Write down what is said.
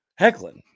Hecklin